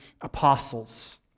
apostles